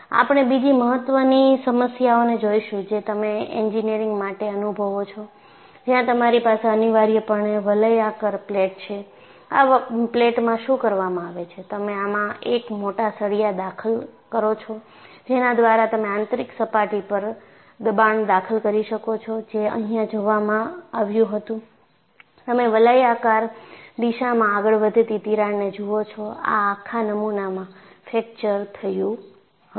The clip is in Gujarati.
આપણે બીજી મહત્વની સમસ્યાઓને જોઈશું જે તમે એન્જિનિયરિંગ માટે અનુભવો છો જ્યાં તમારી પાસે અનિવાર્યપણે વલયાકાર પ્લેટ છે આ પ્લેટમાં શું કરવામાં આવે છે તમે આમાં એક મોટા સળિયા દાખલ કરો છો જેના દ્વારા તમે આંતરિક સપાટી પર દબાણ દાખલ કરી શકો છો જે અહિયાં જોવામાં આવ્યું હતું તમે વલયાકાર દિશામાં આગળ વધતી તિરાડને જુઓ છો આ આખા નમુનામાં ફ્રેક્ચર થયું હતું